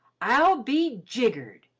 i'll be jiggered!